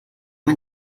man